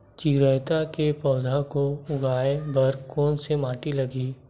चिरैता के पौधा को उगाए बर कोन से माटी लगही?